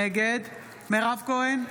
נגד מירב כהן,